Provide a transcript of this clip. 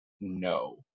no